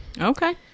Okay